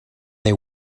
they